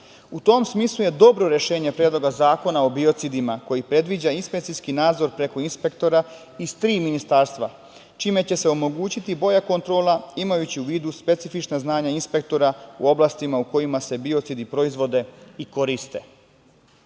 tom smislu je dobro rešenje Predloga zakona o biocidima koji predviđa inspekcijski nadzor preko inspektora iz tri ministarstva, čime će se omogućiti bolja kontrola, imajući u vidu specifična znanja inspektora u oblastima u kojima se biocidi proizvode i koriste. Pre